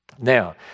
Now